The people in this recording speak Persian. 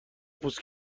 پوست